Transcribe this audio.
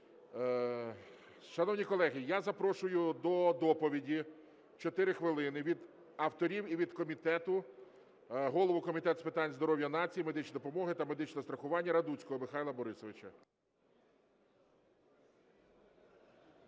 Шановні колеги, я запрошую до доповіді, 4 хвилини, від авторів і від комітету голову Комітету з питань здоров'я нації, медичної допомоги та медичного страхування Радуцького Михайла Борисовича.